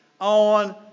on